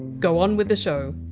go on with the show